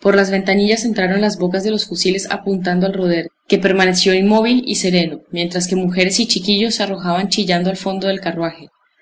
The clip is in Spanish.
por las ventanillas entraron las bocas de los fusiles apuntando al roder que permaneció inmóvil y sereno mientras que mujeres y chiquillos se arrojaban chillando al fondo del carruaje